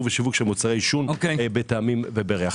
ושיווק של מוצרי עישון בטעמים ובריח.